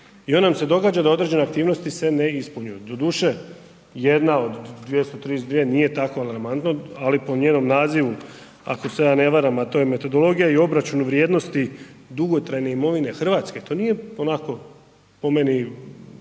I onda nam se događa da određene aktivnosti se ne ispunjuju, doduše 1 od 232 nije tako alarmantno ali po njenom nazivu ako se ja ne varam, a to je metodologija i obračun vrijednosti dugotrajne imovine Hrvatske, to nije onako po meni